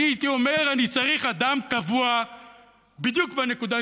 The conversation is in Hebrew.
הייתי אומר: אני צריך אדם טבוע בדיוק בנקודה,